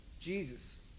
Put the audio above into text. Jesus